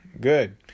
good